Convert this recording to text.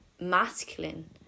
masculine